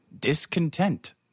discontent